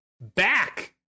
Back